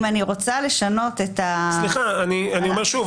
אם אני רוצה לשנות --- סליחה, אני אומר שוב.